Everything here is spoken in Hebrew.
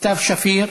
סתיו שפיר.